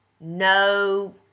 no